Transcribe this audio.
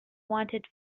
wanted